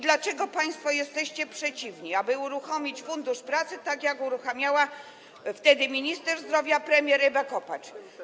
Dlaczego państwo jesteście przeciwni, aby uruchomić Fundusz Pracy tak jak uruchamiała wtedy minister zdrowia, premier Ewa Kopacz?